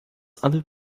alle